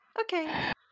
Okay